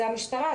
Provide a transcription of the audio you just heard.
זה המשטרה.